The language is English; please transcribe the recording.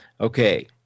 Okay